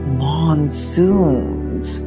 monsoons